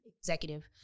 executive